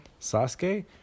sasuke